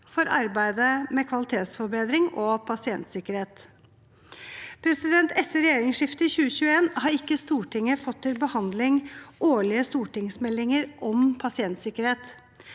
for arbeidet med kvalitetsforbedring og pasientsikkerhet. Etter regjeringsskiftet i 2021 har ikke Stortinget fått til behandling årlige stortingsmeldinger om pasientsikkerhet.